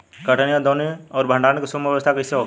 कटनी और दौनी और भंडारण के सुगम व्यवस्था कईसे होखे?